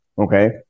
Okay